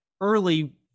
early